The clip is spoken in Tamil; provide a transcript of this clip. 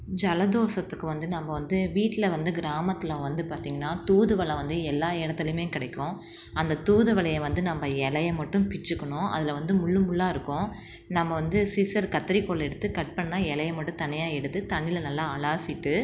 ஜலதோஷத்துக்கு வந்து நம்ம வந்து வீட்டில் வந்து கிராமத்தில் வந்து பார்த்திங்கன்னா தூதுவளை வந்து எல்லா இடத்துலையுமே கிடைக்கும் அந்த தூதுவளைய வந்து நம்ம இலைய மட்டும் பிச்சுக்கணும் அதில் வந்து முள்ளு முள்ளாக இருக்கும் நம்ம வந்து சிஸ்சர் கத்திரிக்கோல் எடுத்து கட் பண்ணால் இலைய மட்டும் தனியாக எடுத்து தண்ணியில் நல்லா அலசிட்டு